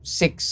six